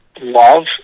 love